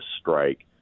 strike